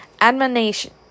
admonition